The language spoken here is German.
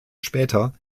später